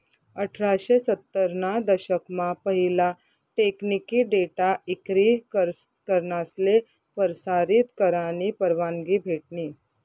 अठराशे सत्तर ना दशक मा पहिला टेकनिकी डेटा इक्री करनासले परसारीत करानी परवानगी भेटनी